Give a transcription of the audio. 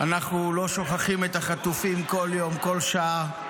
אנחנו לא שוכחים את החטופים כל יום, כל שעה.